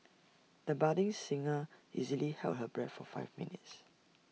the budding singer easily held her breath for five minutes